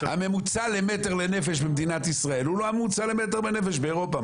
הממוצע למטר לנפש במדינת ישראל הוא לא הממוצע למטר לנפש באירופה.